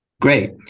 Great